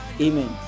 Amen